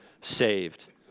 saved